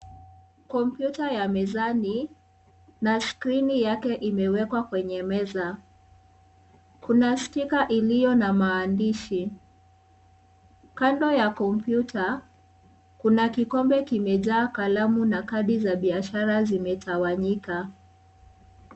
Kompyuta ya mezani na skrini yake imewekwa kwenye meza. Kuna stika iliyo na maandishi. Kando ya kompyuta, kuna kikombe kimejaa kalamu na kasi za biashara zimetawanyika.